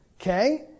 Okay